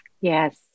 Yes